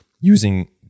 using